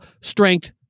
strength